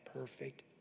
perfect